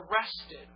arrested